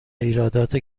ایرادات